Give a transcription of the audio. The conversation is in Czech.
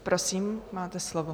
Prosím, máte slovo.